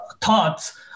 thoughts